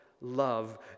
love